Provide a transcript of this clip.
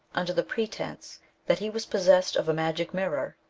under the pretence that he was possessed of a magic mirror,